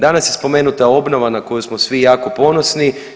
Danas je spomenuta obnova na koju smo svi jako ponosni.